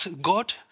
God